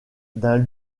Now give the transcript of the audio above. d’un